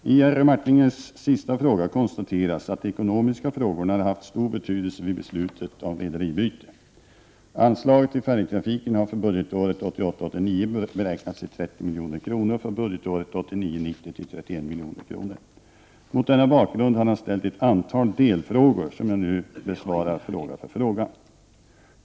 I Jerry Martingers sista fråga konstateras att de ekonomiska frågorna har haft stor betydelse vid beslutet om rederibyte. Anslaget till färjetrafiken har för budgetåret 1988 90 till 31 milj.kr. Mot denna bakgrund har han stället ett antal delfrågor, som jag nu besvarar fråga för fråga.